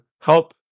help